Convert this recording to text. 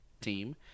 team